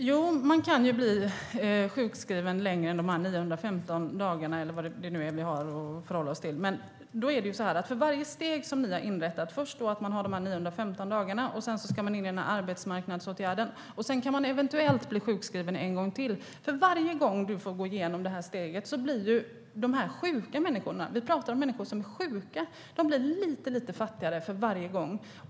Herr talman! Ja, man kan bli sjukskriven längre tid än de 915 dagarna, eller vad vi nu har att förhålla oss till. Man har först de 915 dagarna, sedan ska man in i arbetsmarknadsåtgärder och sedan kan man eventuellt bli sjukskriven en gång till. Men för varje steg, som ni har inrättat, Solveig Zander, blir de sjuka människorna - det är sjuka människor vi talar om - lite fattigare.